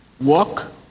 walk